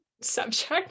subject